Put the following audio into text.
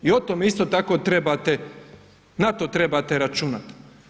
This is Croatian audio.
I o tome isto tako trebate na to trebate računat.